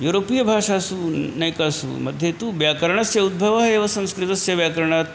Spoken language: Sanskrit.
युरोपियभाषासु नैकासु मध्ये तु व्याकरणस्य उद्भवः एव संस्कृतस्य व्याकरणात्